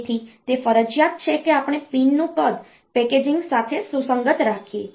તેથી તે ફરજિયાત છે કે આપણે પિનનું કદ પેકેજિંગ સાથે સુસંગત રાખીએ